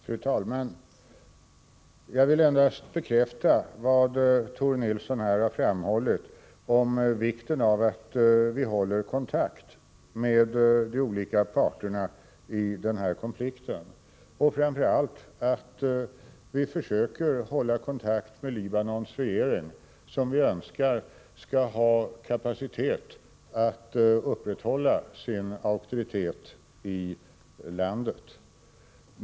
Fru talman! Jag vill endast bekräfta vad Tore Nilsson här har framhållit om vikten av att vi håller kontakt med de olika parterna i den här konflikten, och framför allt att vi försöker hålla kontakt med Libanons regering, som vi önskar skall ha kapacitet att upprätthålla sin auktoritet i landet.